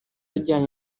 ajyanye